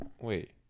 Wait